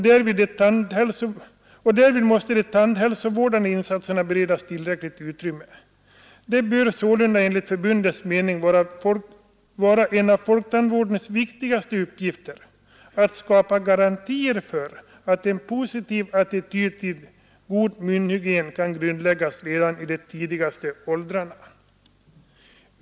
Därvid måste de tandhälsovårdande insatserna beredas tillräckligt utrymme. Det bör sålunda enligt förbundets mening vara en av folktandvårdens viktigaste uppgifter att skapa garantier för att en positiv attityd till god munhygien kan grundläggas redan i det tidigaste åldrarna.